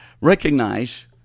Recognize